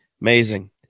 Amazing